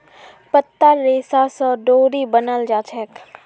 पत्तार रेशा स डोरी बनाल जाछेक